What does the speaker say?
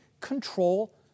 control